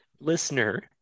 Listener